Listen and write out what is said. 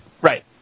Right